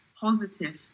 positive